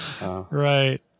Right